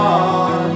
on